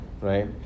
right